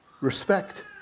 Respect